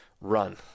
run